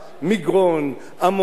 מגרון, עמונה,